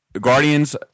Guardians